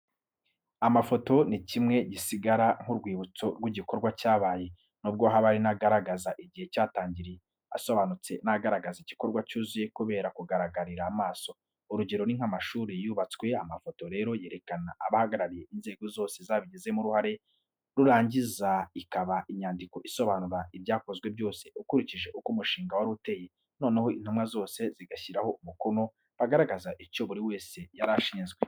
Amafoto ni kimwe gisigara nk'urwibutso rw'igikorwa cyabaye. Nubwo haba hari n'agaragaza igihe cyatangiriye, asobanutse n'agaragaza igikorwa cyuzuye kubera kugaragarira amaso. urugero ni nk'amashuri yubatswe. Amafoto rero yerekana abahagarariye inzego zose zabigizemo uruhare, rurangiza ikaba inyandiko isobanura ibyakozwe byose ukurikije uko umushinga wari uteye, noneho intumwa zose zigashyiraho umukono, bagaragaza icyo buri wese yarashinzwe.